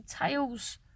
tails